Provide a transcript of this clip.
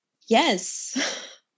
yes